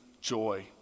joy